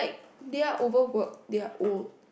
they are overworked they are old